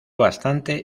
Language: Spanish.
bastante